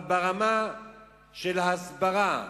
אבל ברמה של ההסברה,